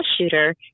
shooter